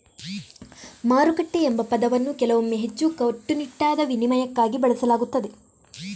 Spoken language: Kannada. ಮಾರುಕಟ್ಟೆ ಎಂಬ ಪದವನ್ನು ಕೆಲವೊಮ್ಮೆ ಹೆಚ್ಚು ಕಟ್ಟುನಿಟ್ಟಾದ ವಿನಿಮಯಕ್ಕಾಗಿ ಬಳಸಲಾಗುತ್ತದೆ